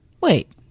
Wait